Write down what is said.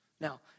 Now